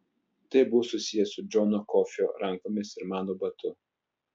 tai buvo susiję su džono kofio rankomis ir mano batu